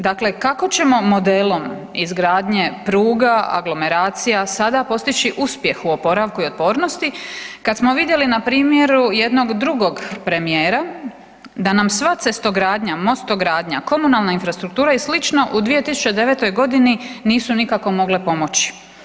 Dakle, kako ćemo modelom izgradnje pruga, aglomeracija sada postići uspjeh u oporavku i otpornosti kad smo vidjeli na primjeru jednog drugog premijera da nam sva cestogradnja, mostogradnja, komunalna infrastruktura i sl. u 2009.g. nisu nikako mogle pomoći.